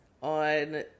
on